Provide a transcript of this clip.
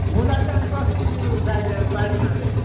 मुला चाहिँ अनि कसरी दिनुहुन्छ अहिले बारीमा चाहिँ